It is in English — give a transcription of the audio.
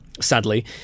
Sadly